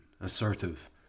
assertive